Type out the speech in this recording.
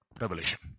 Revelation